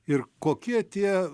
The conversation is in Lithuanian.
ir kokie tie